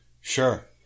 Sure